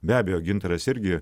be abejo gintaras irgi